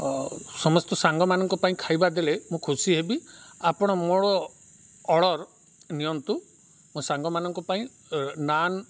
ସମସ୍ତ ସାଙ୍ଗମାନଙ୍କ ପାଇଁ ଖାଇବା ଦେଲେ ମୁଁ ଖୁସି ହେବି ଆପଣ ମୋର ଅର୍ଡ଼ର୍ ନିଅନ୍ତୁ ମୋ ସାଙ୍ଗମାନଙ୍କ ପାଇଁ ନାନ୍